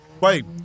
Wait